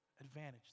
advantage